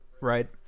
right